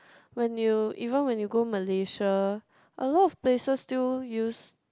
when you even when you go malaysia a lot of places still use